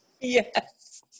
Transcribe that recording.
Yes